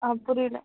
ஆ புரியலை